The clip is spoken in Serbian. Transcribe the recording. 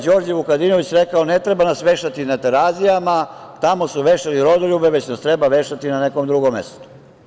Đorđe Vukadinović je rekao da nas ne treba vešati na Terazijama, tamo su vešali rodoljube, već nas treba vešati na nekom drugom mestu.